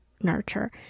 nurture